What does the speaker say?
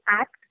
act